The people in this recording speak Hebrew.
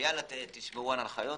ויאללה תשמרו על ההנחיות.